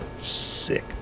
Sick